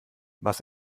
was